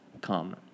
come